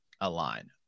align